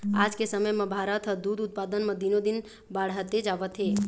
आज के समे म भारत ह दूद उत्पादन म दिनो दिन बाड़हते जावत हे